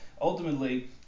Ultimately